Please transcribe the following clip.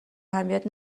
اهمیت